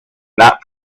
not